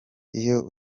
iyo